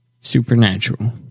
Supernatural